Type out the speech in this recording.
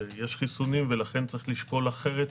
שיש חיסונים ולכן צריך לשקול אחרת